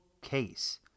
case